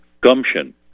gumption